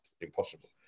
impossible